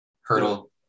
Hurdle